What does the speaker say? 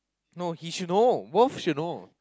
no he should know both should know